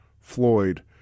Floyd